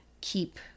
keep